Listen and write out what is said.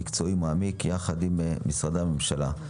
מקצועי ומעמיק יחד עם משרדי הממשלה.